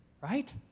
right